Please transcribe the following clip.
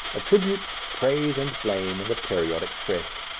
distributes praise and blame in the periodic press.